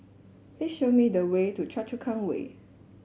please show me the way to Choa Chu Kang Way